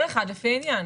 כל אחד לפי העניין.